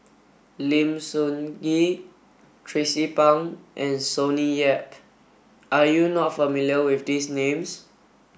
Lim Sun Gee Tracie Pang and Sonny Yap are you not familiar with these names